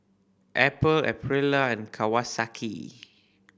Apple Aprilia and Kawasaki